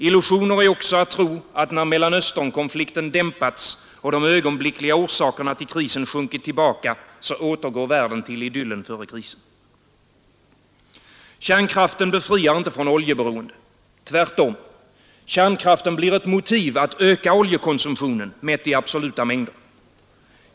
Illusioner är också tron att när Mellanösternkonflikten dämpats och de ögonblickliga orsakerna till krisen sjunkit tillbaka, så återgår världen till idyllen före krisen. Kärnkraften befriar inte från oljeberoende. Tvärtom. Kärnkraften blir ett motiv att öka oljekonsumtionen, mätt i absoluta mängder.